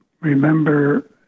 remember